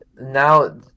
now